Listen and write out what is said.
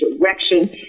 direction